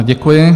Děkuji.